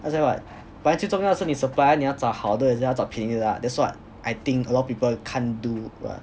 就这样而已 what but then 最重要的是你的 supplier 你要找好的还是要找便宜的啦 that's what I think a lot of people can't do lah